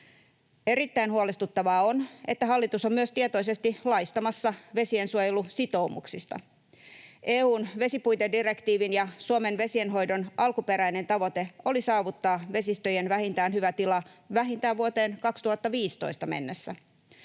Erittäin huolestuttavaa on, että hallitus on myös tietoisesti laistamassa vesiensuojelusitoumuksista. EU:n vesipuitedirektiivin ja Suomen vesienhoidon alkuperäinen tavoite oli saavuttaa vesistöjen vähintään hyvä tila vähintään vuoteen 2015 mennessä.